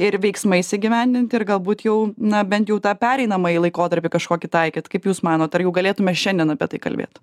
ir veiksmais įgyvendinti ir galbūt jau na bent jau tą pereinamąjį laikotarpį kažkokį taikyt kaip jūs manot ar jau galėtume šiandien apie tai kalbėt